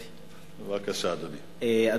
אדוני, בבקשה.